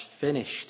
finished